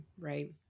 Right